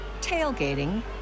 tailgating